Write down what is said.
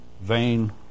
vain